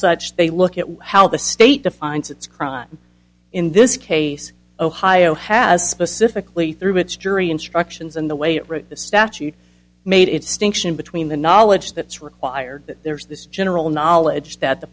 such they look at how the state defines its crime in this case ohio has specifically through its jury instructions and the way it wrote the statute made it stinks in between the knowledge that's required that there's this general knowledge that the